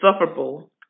insufferable